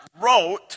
wrote